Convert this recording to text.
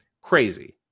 Crazy